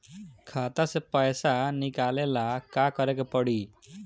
खाता से पैसा निकाले ला का करे के पड़ी?